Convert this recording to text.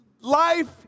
life